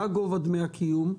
מה גובה דמי הקיום,